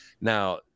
Now